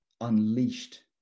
unleashed